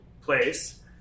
place